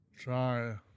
try